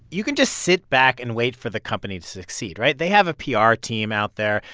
you can just sit back and wait for the company to succeed, right? they have a pr team out there.